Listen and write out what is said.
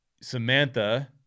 Samantha